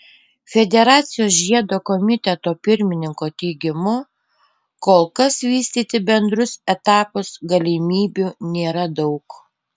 federacijos žiedo komiteto pirmininko teigimu kol kas vystyti bendrus etapus galimybių nėra daug